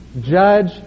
judge